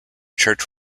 church